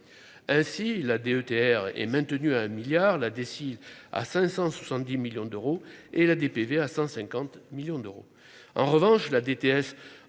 ainsi la DETR est maintenu à 1 milliard la décide à 570 millions d'euros et la DPV à 150 millions d'euros, en revanche, la DTS